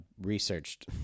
researched